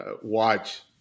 watch